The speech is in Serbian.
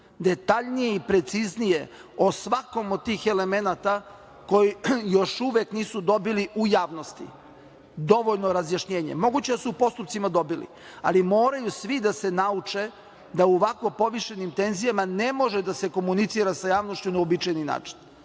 detaljnije i preciznije o svakom od tih elemenata koji još uvek nisu dobili u javnosti dovoljno razjašnjenje. Moguće da su u postupcima dobili, ali moraju svi da se nauče da u ovako povišenim tenzijama ne može da se komunicira sa javnošću na uobičajeni način.